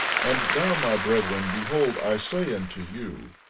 and now, my brethren, behold i say unto you,